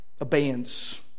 abeyance